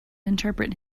interpret